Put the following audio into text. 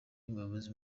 umuyobozi